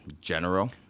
general